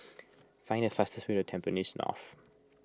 find the fastest way to Tampines North